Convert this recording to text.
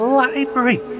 library